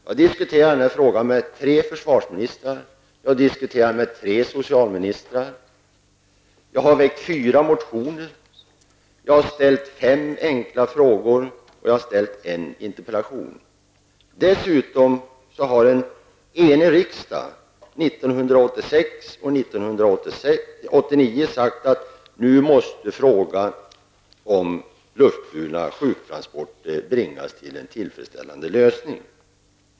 Jag har diskuterat den med tre försvarsministrar och tre socialministrar, jag har väckt fyra motioner, och jag har ställt fem enkla frågor och en interpellation. Dessutom har en enig riksdag 1986 och 1989 sagt att nu måste frågan om luftburna sjuktransporter bringas till en tillfredsställande lösning.